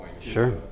Sure